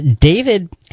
David